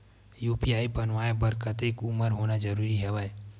UPI बनवाय बर कतेक उमर होना जरूरी हवय?